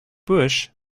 busch